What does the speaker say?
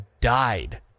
died